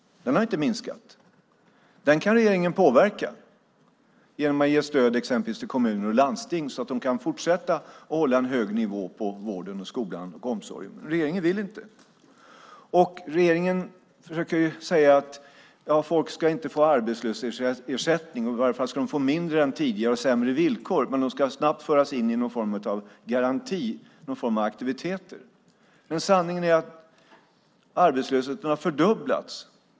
Den har inte minskat. Den kan regeringen påverka genom att exempelvis ge stöd till kommuner och landsting, så att de kan fortsätta att hålla en hög nivå på vården, skolan och omsorgen, men regeringen vill inte. Regeringen brukar säga att folk inte ska få arbetslöshetsersättning, i alla fall ska de få mindre än tidigare och sämre villkor, men att de snabbt ska föras in i någon form av garanti, någon form av aktiviteter. Men sanningen är att arbetslösheten har fördubblats.